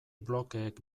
blokeek